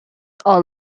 are